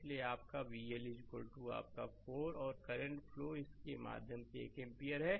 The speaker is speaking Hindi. इसलिए आपका VL आपका 4 और करंट फ्लो इसके माध्यम से 1 एम्पीयर है